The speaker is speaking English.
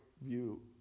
view